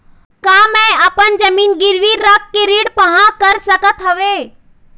का मैं अपन जमीन गिरवी रख के ऋण पाहां कर सकत हावे?